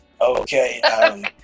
Okay